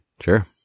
sure